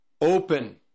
open